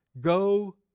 go